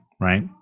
right